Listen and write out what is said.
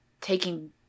taking